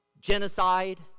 genocide